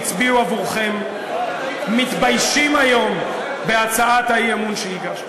וגם הלוחמים שהצביעו עבורכם מתביישים היום בהצעת האי-אמון שהגשתם.